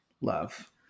love